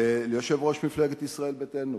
ליושב-ראש מפלגת ישראל ביתנו,